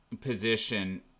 position